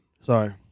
Sorry